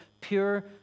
pure